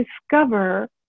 discover